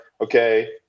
Okay